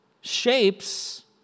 shapes